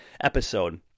episode